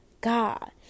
God